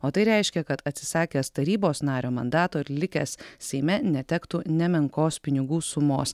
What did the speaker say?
o tai reiškia kad atsisakęs tarybos nario mandato ir likęs seime netektų nemenkos pinigų sumos